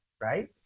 right